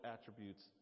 attributes